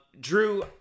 Drew